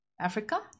africa